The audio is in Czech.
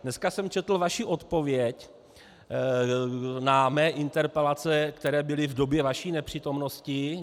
Dneska jsem četl vaši odpověď na své interpelace, které byly v době vaší nepřítomnosti.